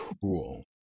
cool